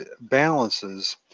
balances